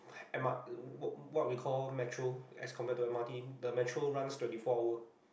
M_R what we called matron as compare to m_r_t the matron runs twenty four hour